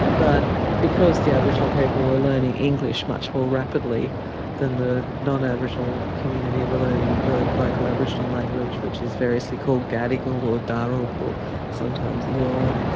but because the aboriginal people were learning english much more rapidly than the non-aboriginal community were learning the local aboriginal language, which is variously called gadigal or dharug or sometimes eora,